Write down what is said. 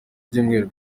byumweru